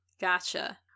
gotcha